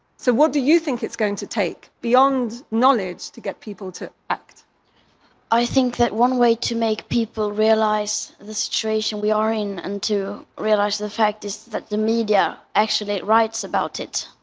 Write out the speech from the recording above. so what do you think it's going to take, beyond knowledge, to get people to act? greta i think that one way to make people realize the situation we are in and to realize the fact, is that the media actually writes about it.